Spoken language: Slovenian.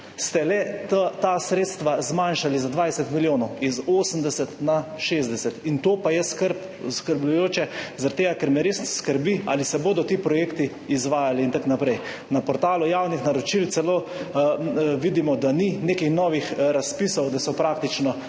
cest stesredstva zmanjšali za 20 milijonov, iz 80 na 60, to pa je zaskrbljujoče zaradi tega, ker me res skrbi, ali se bodo ti projekti izvajali in tako naprej. Na portalu javnih naročil celo vidimo, da ni nekih novih razpisov, da so praktično